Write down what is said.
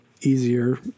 easier